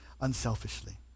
unselfishly